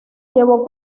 llevó